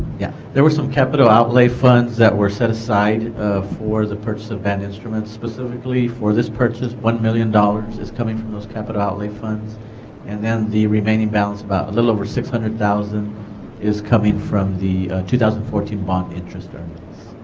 yeah there were some capital outlay funds that were set aside for the purchase of end instruments specifically for this purchase one million dollars is coming from those capital outlay funds and then the remaining balance about a little over six hundred thousand is coming from the two thousand and fourteen bond interest earnings